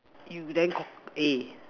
you then cock eh